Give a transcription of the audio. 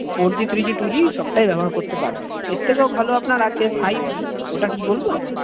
four G three G two G সবটাই ব্যবহার করতে পারবেন এর থেকেও ভালো আপনার আছে ফাইভ জি ওটা কি বলবো